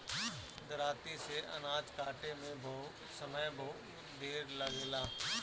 दराँती से अनाज काटे में समय बहुत ढेर लागेला